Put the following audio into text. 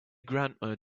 grandma